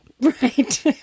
Right